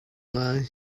ngai